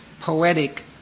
poetic